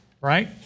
Right